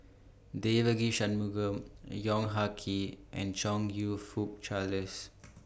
Devagi Sanmugam Yong Ah Kee and Chong YOU Fook Charles